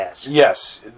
Yes